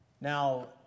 Now